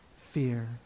fear